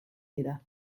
dira